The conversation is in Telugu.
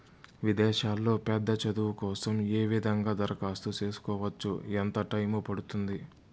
విదేశాల్లో పెద్ద చదువు కోసం ఏ విధంగా దరఖాస్తు సేసుకోవచ్చు? ఎంత టైము పడుతుంది?